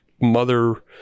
mother